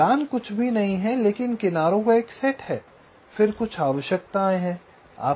मिलान कुछ भी नहीं है लेकिन किनारों का एक सेट है फिर कुछ आवश्यकताएं हैं